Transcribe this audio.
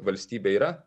valstybė yra